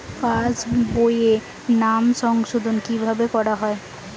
পাশ বইয়ে নাম সংশোধন কিভাবে করা হয়?